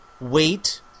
wait